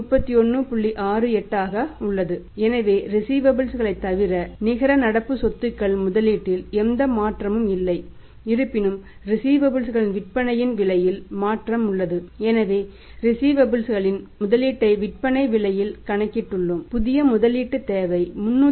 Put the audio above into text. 68 ஆக உள்ளது எனவே ரிஸீவபல்ஸ் வைகளின் முதலீட்டை விற்பனை விலையில் கணக்கிட்டுள்ளோம் புதிய முதலீட்டுத் தேவை 339